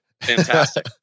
Fantastic